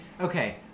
okay